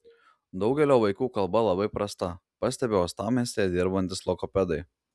daugelio vaikų kalba labai prasta pastebi uostamiestyje dirbantys logopedai